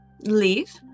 Leave